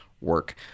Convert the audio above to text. work